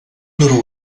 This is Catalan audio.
nord